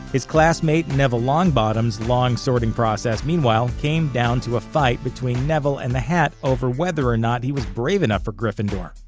his classmate neville longbottom's long sorting process, meanwhile, came down to a fight between neville and the hat over whether or not he was brave enough for gryffindor.